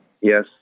Yes